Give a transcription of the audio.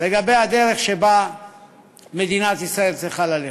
לגבי הדרך שבה מדינת ישראל צריכה ללכת.